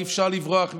אי-אפשר לברוח מזה.